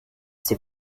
sie